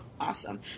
Awesome